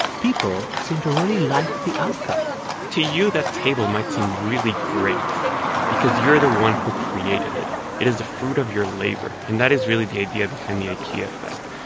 people seem to really like the outcome to you, that table might seem really great because you're the one who created it is the fruit of your labor, and that is really the idea behind the ikea effect.